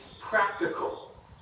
practical